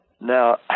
Now